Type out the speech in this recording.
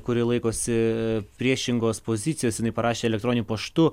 kuri laikosi priešingos pozicijos jinai parašė elektroniniu paštu